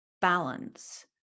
balance